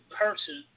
person